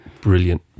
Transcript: Brilliant